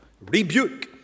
rebuke